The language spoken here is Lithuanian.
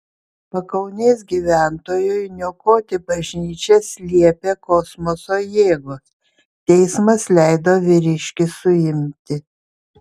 pakaunės gyventojui niokoti bažnyčias liepė kosmoso jėgos teismas leido vyriškį suimti